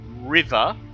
river